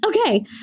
Okay